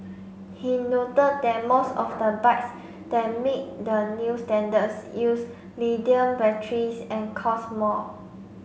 he noted that most of the bikes that meet the new standards use lithium batteries and cost more